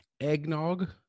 eggnog